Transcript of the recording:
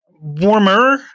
Warmer